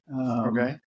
Okay